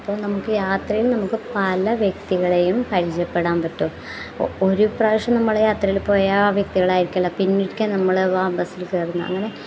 അപ്പോൾ നമുക്ക് യാത്രയിൽ നമുക്ക് പല വ്യക്തികളേയും പരിചയപ്പെടാൻ പറ്റും ഒരു പ്രാവശ്യം നമ്മൾ യാത്രയിൽ പോയാൽ ആ വ്യക്തികളായിരിക്കില്ല പിന്നൊരിക്കൽ നമ്മൾ ആ ബസ്സിൽ കയറുന്നത് അങ്ങനെ